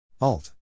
Alt